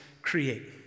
create